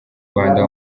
rwanda